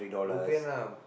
bo pian lah